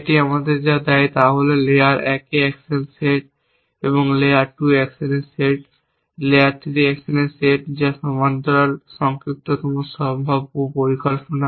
এটি আমাদের যা দেয় তা হল লেয়ার 1 এ অ্যাকশনের সেট লেয়ার 2 এ অ্যাকশনের সেট লেয়ার 3 এ অ্যাকশনের সেট যা সমান্তরাল সংক্ষিপ্ততম সম্ভাব্য পরিকল্পনা